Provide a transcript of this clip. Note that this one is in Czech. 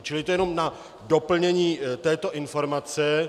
Čili to jen na doplnění této informace.